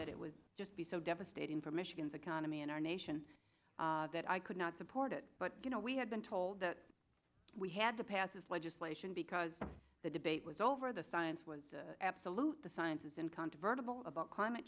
that it was just be so devastating for michigan's economy and our nation that i could not support it but you know we had been told that we had to pass this legislation because the debate was over the science was absolute the science is incontrovertibly about climate